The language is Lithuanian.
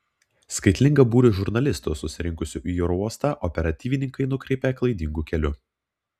skaitlingą būrį žurnalistų susirinkusių į oro uostą operatyvininkai nukreipė klaidingu keliu